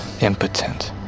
Impotent